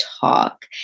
talk